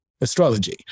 astrology